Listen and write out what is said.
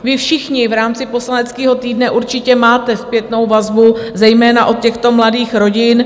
Vy všichni v rámci poslaneckého týdne určitě máte zpětnou vazbu zejména od těchto mladých rodin.